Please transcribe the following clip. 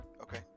Okay